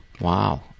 Wow